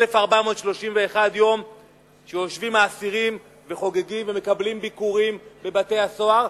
1,431 יום שיושבים האסירים וחוגגים ומקבלים ביקורים בבתי-הסוהר,